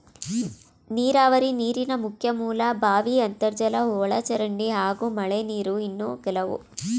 ನೀರಾವರಿ ನೀರಿನ ಮುಖ್ಯ ಮೂಲ ಬಾವಿ ಅಂತರ್ಜಲ ಒಳಚರಂಡಿ ಹಾಗೂ ಮಳೆನೀರು ಇನ್ನು ಕೆಲವು